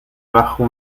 bajo